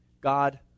God